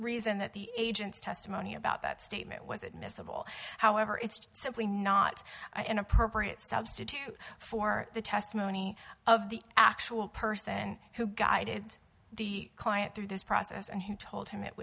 reason that the agent's testimony about that statement was admissible however it's just simply not an appropriate substitute for the testimony of the actual person who guided the client through this process and who told him it